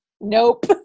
nope